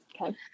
Okay